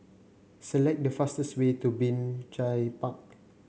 select the fastest way to Binjai Park